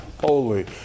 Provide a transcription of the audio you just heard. holy